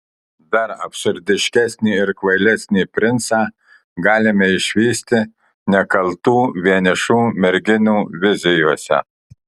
dar absurdiškesnį ir kvailesnį princą galime išvysti nekaltų vienišų merginų vizijose